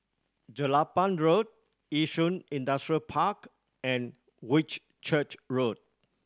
Jelapang Road Yishun Industrial Park and Whitchurch Road